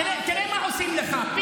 תראה מה עושים לך,